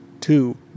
two